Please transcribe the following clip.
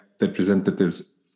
representatives